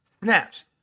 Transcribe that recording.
Snaps